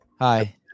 Hi